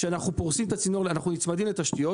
כשאנחנו פורסים את הצינור, אנחנו נצמדים לתשתיות.